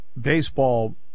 Baseball